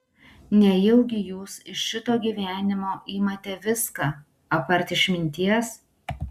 nejaugi jūs iš šito gyvenimo imate viską apart išminties